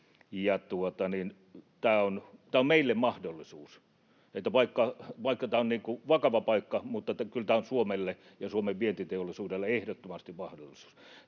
Tämä on meille mahdollisuus: vaikka tämä on vakava paikka, niin kyllä tämä on Suomelle ja Suomen vientiteollisuudelle ehdottomasti mahdollisuus.